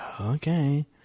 okay